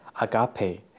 agape